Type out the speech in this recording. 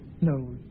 no